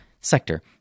sector